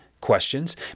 questions